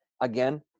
again